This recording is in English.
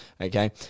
okay